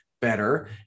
better